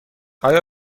آیا